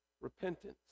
repentance